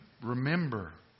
remember